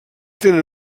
tenen